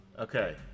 Okay